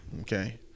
Okay